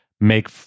make